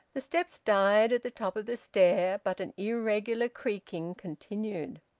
the steps died at the top of the stair, but an irregular creaking continued.